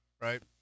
Right